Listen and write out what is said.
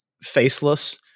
faceless